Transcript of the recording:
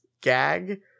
gag